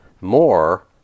more